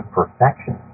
perfection